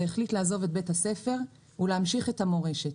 והחליט לעזוב את בית הספר ולהמשיך את המורשת.